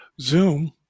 Zoom